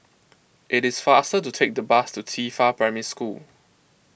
it is faster to take the bus to Qifa Primary School